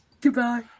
Goodbye